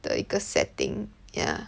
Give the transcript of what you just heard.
the 一个 setting yah